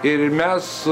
ir mes